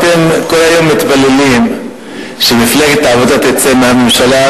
אתם כל היום מתפללים שמפלגת העבודה תצא מהממשלה,